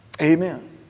Amen